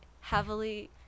heavily